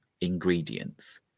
ingredients